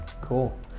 Cool